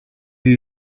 est